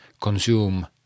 consume